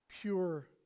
Pure